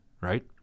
Right